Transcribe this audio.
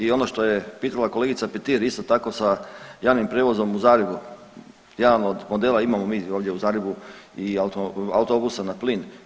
I ono što je pitala kolegica Petir isto tako sa javnim prijevozom u Zagrebu, jedan od modela imamo mi ovdje u Zagrebu i autobusa na plin.